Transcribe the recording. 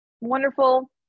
wonderful